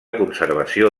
conservació